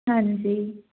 ਹਾਂਜੀ